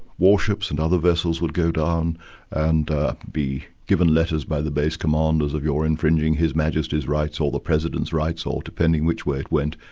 warships and other vessels would go down and be given letters by the base commanders of you're infringing his majesty's rights or the president's rights, or depending which way it went.